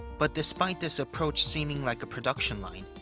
but despite this approach seeming like a production line,